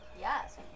Yes